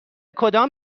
کدام